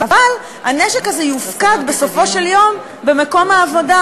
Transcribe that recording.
אבל הנשק הזה יופקד בסופו של היום במקום העבודה.